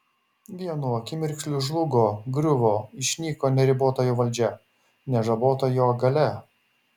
vienu akimirksniu žlugo griuvo išnyko neribota jo valdžia nežabota jo galia